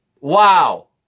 Wow